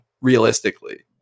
realistically